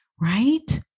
right